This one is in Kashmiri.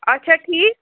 آچھا ٹھیٖک